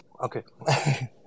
okay